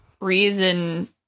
reason